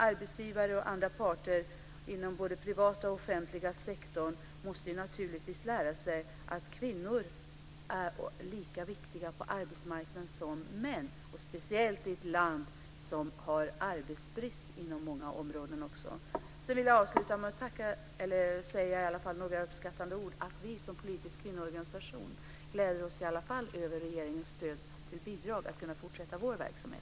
Arbetsgivare och andra parter inom både den privata och den offentliga sektorn måste lära sig att kvinnor är lika viktiga på arbetsmarknaden som män, och speciellt i ett land som har arbetsbrist inom många områden. Jag vill avsluta med att säga några uppskattande ord. Vi som politisk kvinnoorganisation gläder oss i alla fall över regeringens stöd till bidrag för att vi ska kunna fortsätta vår verksamhet.